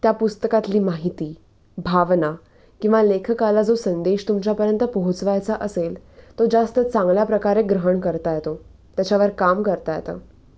त्या पुस्तकातली माहिती भावना किंवा लेखकाला जो संदेश तुमच्यापर्यंत पोहोचवायचा असेल तो जास्त चांगल्या प्रकारे ग्रहण करता येतो त्याच्यावर काम करता येतं